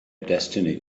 destiny